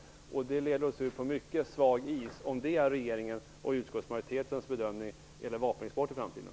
Det leder oss ut på mycket svag is, om det är regeringens och utskottsmajoritetens bedömning när det gäller vapenexport i framtiden.